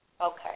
Okay